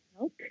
milk